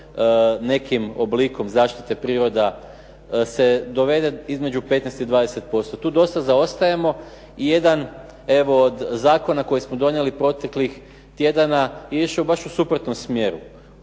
nekim oblikom zaštite priroda se dovede između 15 i 20%. Tu dosta zaostajemo. Jedan evo od zakona koji smo donijeli proteklih tjedana je išao baš u suprotnom smjeru.